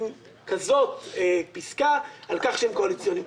עם כזאת פיסקה על כך שהם קואליציוניים.